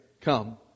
Come